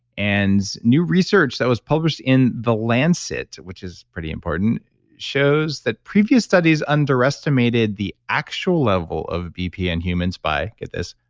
and new research that was published in the lancet, which is pretty important shows that previous studies underestimated the actual level of bpa in humans by, get this,